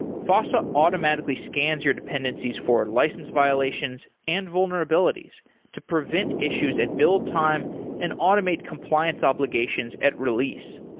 fossa automatically scans your dependencies for license violations and vulnerabilities to prevent issues at build time and automate compliance obligations at release.